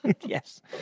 Yes